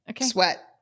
sweat